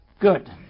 Good